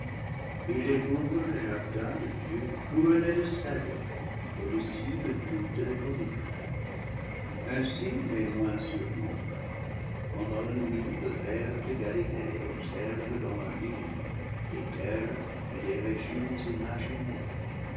il découvre le jardin de dieu couronné de cèdres au-dessus de toutes les collines ainsi mais moins sûrement pendant la nuit le verre de galilée observe dans la lune des terres et des régions imaginaires